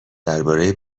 درباره